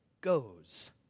goes